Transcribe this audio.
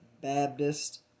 Baptist